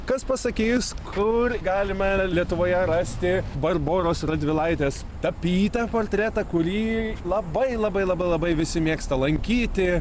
kas pasakys kur galima lietuvoje rasti barboros radvilaitės tapytą portretą kurį labai labai labai labai visi mėgsta lankyti